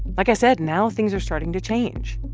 like i said, now things are starting to change.